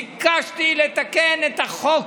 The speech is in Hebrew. ביקשתי לתקן את החוק,